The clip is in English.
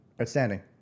outstanding